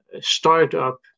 startup